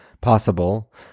possible